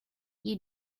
you